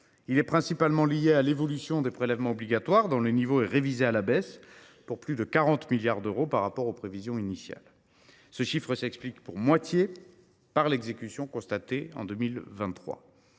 Il est tout d’abord lié à l’évolution des prélèvements obligatoires, dont le niveau est révisé à la baisse, pour plus de 40 milliards d’euros par rapport aux prévisions initiales. Ce chiffre s’explique pour moitié par l’exécution constatée en 2023.